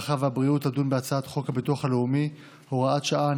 הרווחה והבריאות תדון בהצעת חוק הביטוח הלאומי (הוראת שעה,